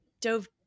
dove